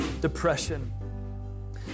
depression